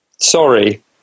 sorry